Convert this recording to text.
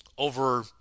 over